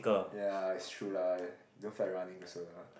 ya is true lah don't find running as soon